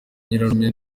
nyirarume